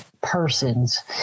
persons